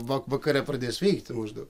va vakare pradės veikti maždaug